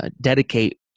dedicate